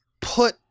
put